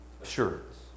assurance